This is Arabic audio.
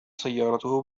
سيارته